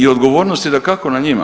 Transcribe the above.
I odgovornost je dakako na njima.